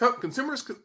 consumers